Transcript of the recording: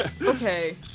Okay